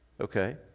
Okay